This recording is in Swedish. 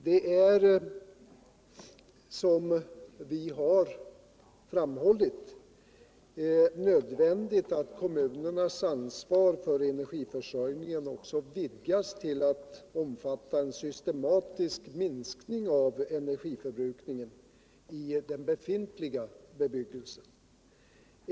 Det är, som vi har framhållit, nödvändigt att kommunernas ansvar för energiförsörjningen också vidgas till att omfatta en systematisk minskning av energiförbrukningen i den befintliga bebyggelsen.